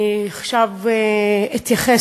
אני עכשיו אתייחס,